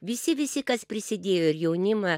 visi visi kas prisidėjo ir jaunimą